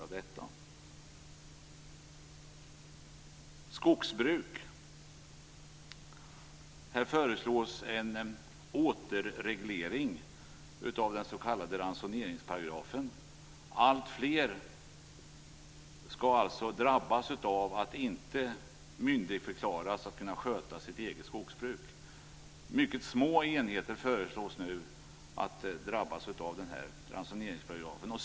När det gäller skogsbruket föreslås en återreglering av den s.k. ransoneringsparagrafen. Alltfler skall alltså drabbas av att inte myndigförklaras att kunna sköta sitt eget skogsbruk. Mycket små enheter föreslår man nu skall drabbas av ransoneringsparagrafen.